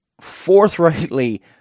forthrightly